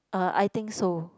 uh I think so